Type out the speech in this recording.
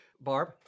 Barb